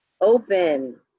open